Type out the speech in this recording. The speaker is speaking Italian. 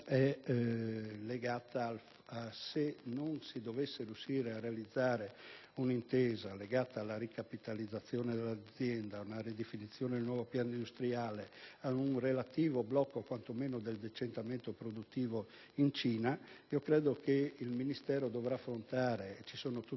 è la seguente: se non si dovesse riuscire a realizzare un'intesa legata alla ricapitalizzazione dell'azienda, quindi alla ridefinizione del nuovo piano industriale e ad un relativo blocco quantomeno del decentramento produttivo in Cina, credo che il Ministero dovrà affrontare - ci sono tutte